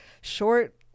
short